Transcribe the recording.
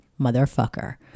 Motherfucker